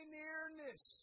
nearness